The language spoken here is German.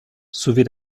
sowie